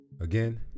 Again